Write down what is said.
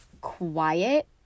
quiet